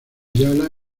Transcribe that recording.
ayala